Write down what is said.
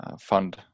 fund